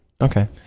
Okay